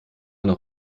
noch